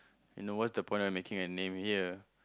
and then what's the point of making a name here